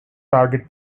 target